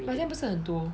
but then 不是很多